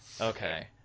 Okay